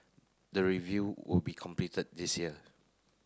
the review will be completed this year